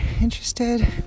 interested